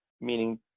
meaning –